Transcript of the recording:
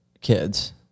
kids